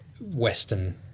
western